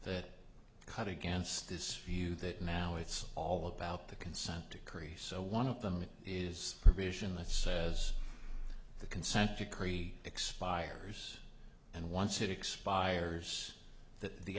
that cut against this view that now it's all about the consent decree so one of them is a provision that says the consent decree expires and once it expires that the